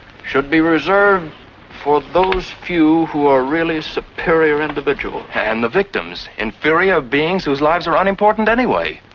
should be reserved for those few who are really superior individuals. and the victims, inferior beings whose lives are unimportant anyway.